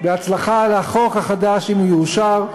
בהצלחה לחוק החדש, אם הוא יאושר.